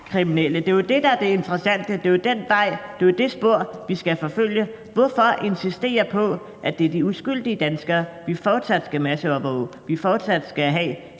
Det er jo det, der er det interessante. Det er jo det spor, vi skal forfølge. Hvorfor insistere på, at det er de uskyldige danskere, som vi fortsat skal masseovervåge, og som vi fortsat skal have